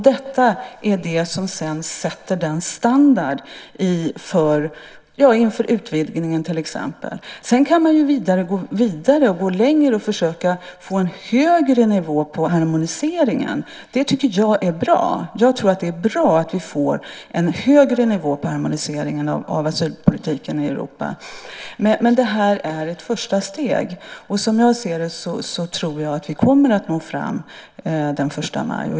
Detta är det som sedan sätter standarden inför till exempel utvidgningen. Sedan kan man gå vidare och försöka få en högre nivå på harmoniseringen. Det tycker jag är bra. Jag tror att det är bra att vi får en högre nivå på harmoniseringen av asylpolitiken i Europa. Det här är ett första steg. Jag tror att vi kommer att nå fram den 1 maj.